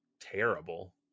terrible